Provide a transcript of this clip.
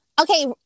Okay